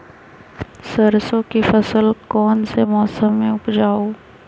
सरसों की फसल कौन से मौसम में उपजाए?